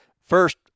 first